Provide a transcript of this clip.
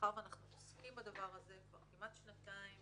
שמאחר שאנחנו עוסקים בדבר הזה כבר כמעט שנתיים,